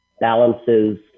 balances